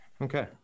okay